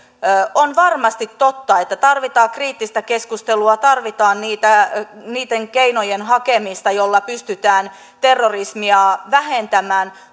on varmasti totta että tarvitaan kriittistä keskustelua tarvitaan niitten keinojen hakemista joilla pystytään terrorismia vähentämään